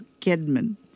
Kidman